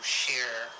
share